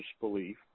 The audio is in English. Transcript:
belief